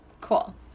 cool